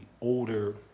older